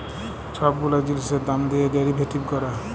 ছব গুলা জিলিসের দাম দিঁয়ে ডেরিভেটিভ ক্যরে